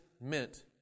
meant